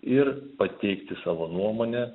ir pateikti savo nuomonę